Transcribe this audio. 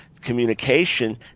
communication